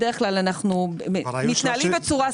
בדרך כלל אנחנו מתנהלים בצורה סבירה.